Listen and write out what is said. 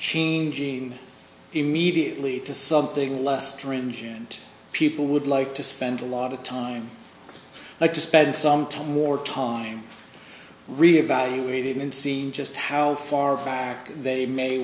changing immediately to something less stringent people would like to spend a lot of time like to spend some time more time reevaluating and seeing just how far back they may